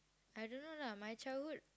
I don't know lah my childhood